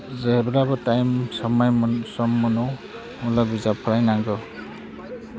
जेब्लाबो टाइम समाय मोन सम मोनो अब्ला बिजाब फरायनांगौ